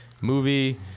movie